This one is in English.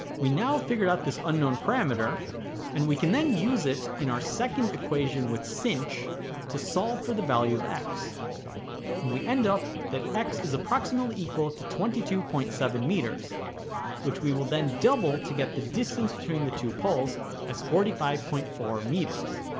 we now figure out this unknown parameter and we can then use it in our second equation with sinh to solve for the value of x and we end up that x is approximately equal to twenty two point seven meters which we will then double to get the distance between the two poles as forty five point four meters